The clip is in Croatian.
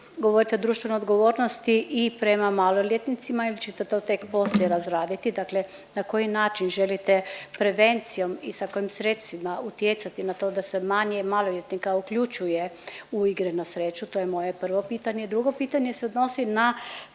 govorite o društvenoj odgovornosti i prema maloljetnicima ili ćete to tek poslije razraditi. Dakle na koji način želite prevencijom i sa kojim sredstvima utjecati na to da se manje maloljetnika uključuje u igre na sreću, to je moje prvo pitanje. Drugo pitanje se odnosi na